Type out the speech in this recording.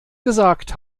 gesagt